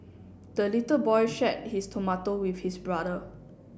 the little boy shared his tomato with his brother